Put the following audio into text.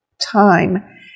time